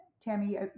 Tammy